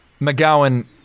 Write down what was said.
McGowan